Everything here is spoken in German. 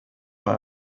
bei